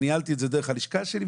ניהלתי את זה דרך הלשכה שלי,